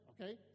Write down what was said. Okay